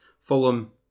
Fulham